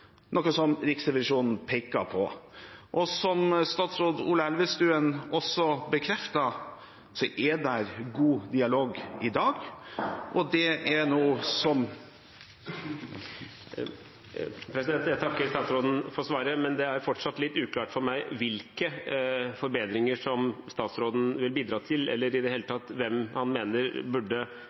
noe som Riksrevisjonen peker på. Som statsråd Elvestuen også bekreftet, er det god dialog i dag. Jeg takker statsråden for svaret, men det er fortsatt litt uklart for meg hvilke forbedringer statsråden vil bidra til, eller i det hele tatt hvem han mener burde